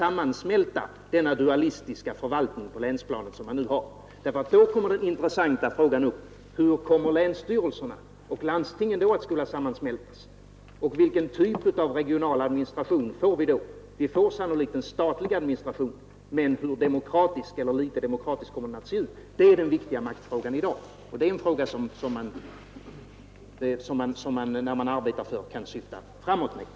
sammansmälta den dualistiska förvaltning på länsplanet som vi nu har. Då kommer nämligen denna intressanta fråga upp: Men hur kommer länsstyrelserna och landstingen då att kunna sammansmälta? Vilken typ av regional administration får vi då? Vi får sannolikt en statlig administration. Men hur demokratisk eller litet demokratisk kommer den att v ? Det är den viktiga maktfrågan i dag. Det är en fråga som man, när man arbetar med detta, kan syfta framåt med.